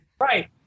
Right